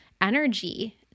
energy